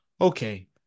Okay